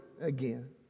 again